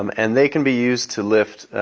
um and they can be used to lift